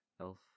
Elf